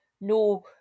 No